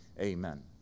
amen